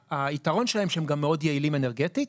והיתרון שלהם הוא שהם גם מאוד יעלים אנרגטית,